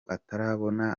atarabona